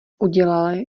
udělal